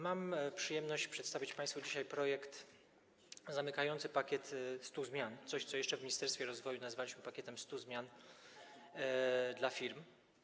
Mam przyjemność przedstawić państwu dzisiaj projekt zamykający pakiet 100 zmian, coś co jeszcze w Ministerstwie Rozwoju nazwaliśmy pakietem 100 zmian dla firm.